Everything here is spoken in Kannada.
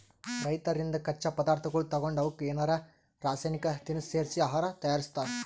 ರೈತರಿಂದ್ ಕಚ್ಚಾ ಪದಾರ್ಥಗೊಳ್ ತಗೊಂಡ್ ಅವಕ್ಕ್ ಏನರೆ ರಾಸಾಯನಿಕ್ ತಿನಸ್ ಸೇರಿಸಿ ಆಹಾರ್ ತಯಾರಿಸ್ತಾರ್